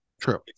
True